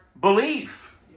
belief